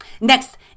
Next